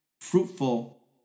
Fruitful